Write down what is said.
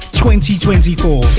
2024